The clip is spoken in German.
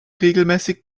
regelmäßig